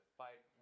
fight